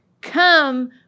come